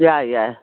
ꯌꯥꯏ ꯌꯥꯏ